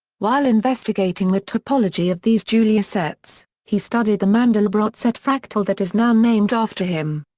while investigating the topology of these julia sets, he studied the mandelbrot set fractal that is now named after him.